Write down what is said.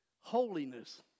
Holiness